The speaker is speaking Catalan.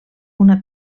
una